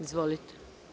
Izvolite.